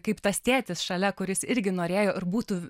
kaip tas tėtis šalia kuris irgi norėjo ir būtų